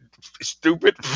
Stupid